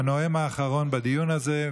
הנואם האחרון בדיון הזה,